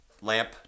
lamp